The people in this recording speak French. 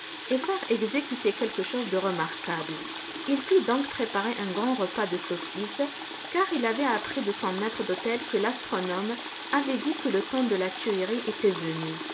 et faire exécuter quelque chose de remarquable il fit donc préparer un grand repas de saucisses car il avait appris de son maître d'hôtel que l'astronome avait dit que le temps de la tuerie était venu